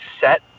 set